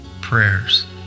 prayers